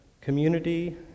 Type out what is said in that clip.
community